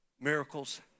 miracles